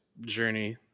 journey